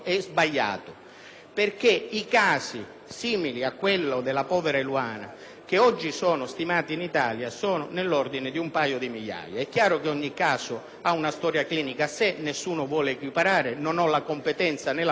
perché casi simili a quello della povera Eluana oggi in Italia sono stimati nell'ordine di un paio di migliaia. È chiaro che ogni caso ha una storia clinica a sé. Nessuno vuole equiparare, non ho la competenza né la professionalità